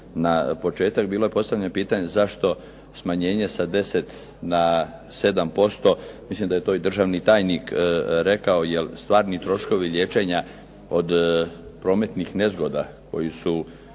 na početak. Bilo je postavljeno pitanje zašto smanjenje sa 10 na 7%. Mislim da je i to državni tajnik rekao, jer stvarni troškovi liječenja od prometnih nezgoda koji su